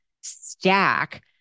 stack